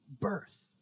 Birth